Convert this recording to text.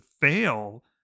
fail